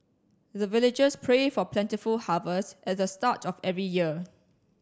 the villagers pray for plentiful harvest at the start of every year